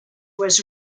was